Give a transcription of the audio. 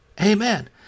Amen